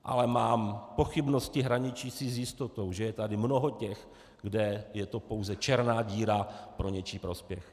Ale mám pochybnosti hraničící s jistotou, že je tady mnoho těch, kde je to pouze černá díra pro něčí prospěch.